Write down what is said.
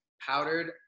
powdered